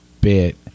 bit